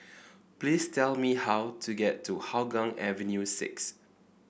please tell me how to get to Hougang Avenue six